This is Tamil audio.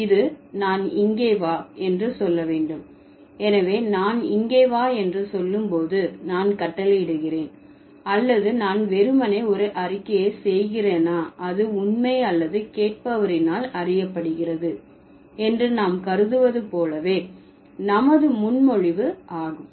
இது நான் இங்கே வா என்று சொல்ல வேண்டும் எனவே நான் இங்கே வா என்று சொல்லும் போது நான் கட்டளையிடுகிறேன் அல்லது நான் வெறுமனே ஒரு அறிக்கையை செய்கிறேனா அது உண்மை அல்லது கேட்பவரினால் அறியப்படுகிறது என்று நாம் கருதுவது போலவே நமது முன்மொழிவு ஆகும்